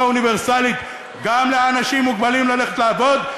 אוניברסלית גם לאנשים מוגבלים ללכת לעבוד,